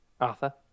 Arthur